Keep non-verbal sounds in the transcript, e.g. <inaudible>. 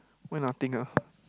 why nothing ah <noise>